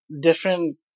different